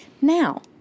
Now